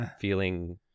Feeling